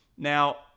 Now